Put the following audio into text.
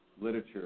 literature